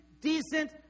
decent